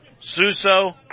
Suso